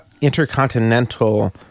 intercontinental